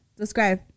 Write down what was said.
subscribe